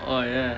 oh ya